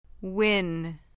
win